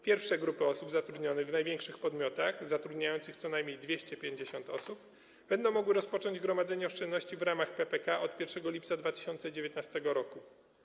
Pierwsze grupy osób zatrudnionych w największych podmiotach zatrudniających co najmniej 250 osób będą mogły rozpocząć gromadzenie oszczędności w ramach PPK od 1 lipca 2019 r.